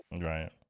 Right